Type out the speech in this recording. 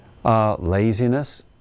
Laziness